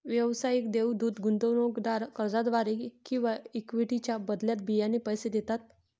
व्यावसायिक देवदूत गुंतवणूकदार कर्जाद्वारे किंवा इक्विटीच्या बदल्यात बियाणे पैसे देतात